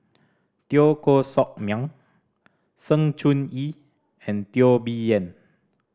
Teo Koh Sock Miang Sng Choon Yee and Teo Bee Yen